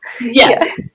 Yes